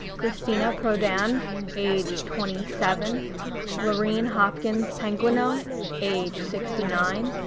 cristina prodan age twenty seven lorene hopkinspequignot age sixty nine,